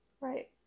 Right